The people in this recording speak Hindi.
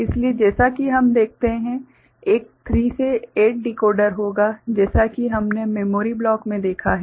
इसलिए जैसा कि हम देखते हैं एक 3 से 8 डिकोडर होगा जैसा कि हमने मेमोरी ब्लॉक में देखा है